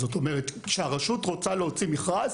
זאת אומרת, כשהרשות רוצה להוציא מכרז,